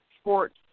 sports